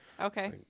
Okay